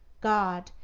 god,